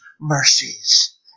mercies